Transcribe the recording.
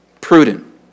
Prudent